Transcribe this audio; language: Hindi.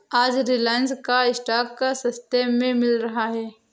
आज रिलायंस का स्टॉक सस्ते में मिल रहा है